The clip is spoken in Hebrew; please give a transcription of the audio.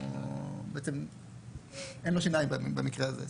אז בעצם אין לו שיניים במקרה הזה.